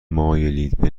مایلید